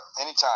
anytime